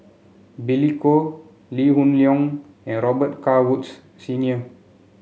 Billy Koh Lee Hoon Leong and Robet Carr Woods Senior